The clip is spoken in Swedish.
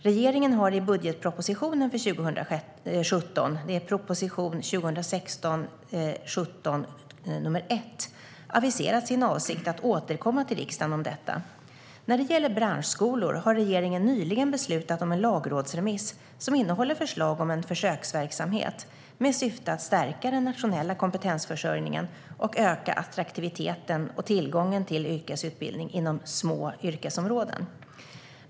Regeringen har i budgetpropositionen för 2017 aviserat sin avsikt att återkomma till riksdagen om detta. När det gäller branschskolor har regeringen nyligen beslutat om en lagrådsremiss som innehåller förslag om en försöksverksamhet med syfte att stärka den nationella kompetensförsörjningen och öka attraktiviteten och tillgången till yrkesutbildning inom små yrkesområden.